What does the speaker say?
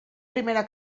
primera